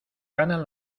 ganan